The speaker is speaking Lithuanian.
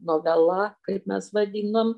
novela kaip mes vadinam